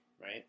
right